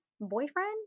boyfriend